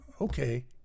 okay